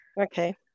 Okay